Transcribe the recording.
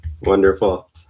wonderful